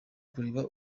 kureba